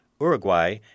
Uruguay